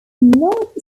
not